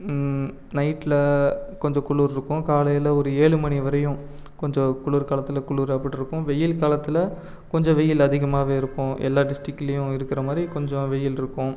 நைட்டில் கொஞ்சம் குளிர் இருக்கும் காலையில் ஒரு ஏழு மணி வரையும் கொஞ்சம் குளிர் காலத்தில் குளிர் அப்படி இருக்கும் வெயில் காலத்தில் கொஞ்சம் வெயில் அதிகமாகவே இருக்கும் எல்லா டிஸ்டிக்லையும் இருக்குற மாரி கொஞ்சம் வெயில் இருக்கும்